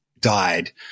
died